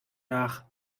nach